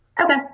Okay